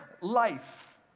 life